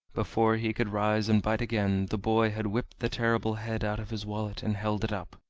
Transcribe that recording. before he could rise and bite again the boy had whipped the terrible head out of his wallet and held it up.